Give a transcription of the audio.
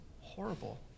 horrible